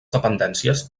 dependències